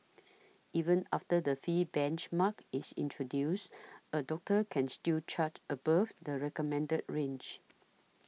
even after the fee benchmark is introduced a doctor can still charge above the recommended range